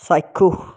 চাক্ষুষ